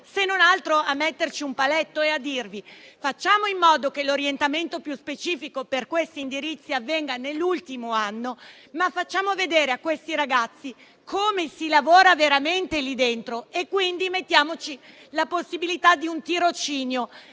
se non altro a mettere un paletto dicendo: facciamo in modo che l'orientamento più specifico per questi indirizzi avvenga nell'ultimo anno e facciamo vedere a questi ragazzi come si lavora veramente lì dentro e prevedendo la possibilità di un tirocinio.